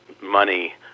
money